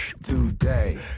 today